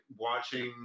watching